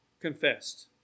confessed